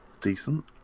decent